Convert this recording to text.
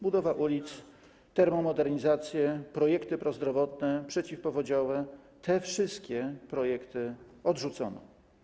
Budowa ulic, termomodernizacje, projekty prozdrowotne, przeciwpowodziowe - te wszystkie projekty odrzucono.